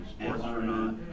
Astronaut